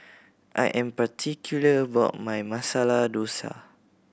I am particular about my Masala Dosa